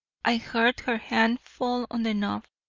i heard her hand fall on the knob,